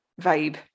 vibe